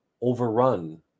overrun